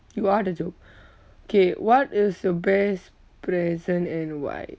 you are the joke K what is the best present and why